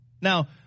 Now